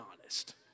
honest